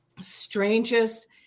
strangest